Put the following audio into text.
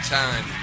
time